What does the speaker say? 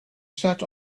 sat